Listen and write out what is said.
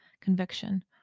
Conviction